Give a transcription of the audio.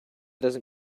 doesn’t